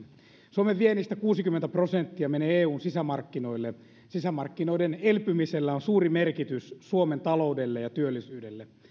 suomen viennistä kuusikymmentä prosenttia menee eun sisämarkkinoille sisämarkkinoiden elpymisellä on suuri merkitys suomen taloudelle ja työllisyydelle